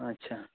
ᱟᱪᱪᱷᱟ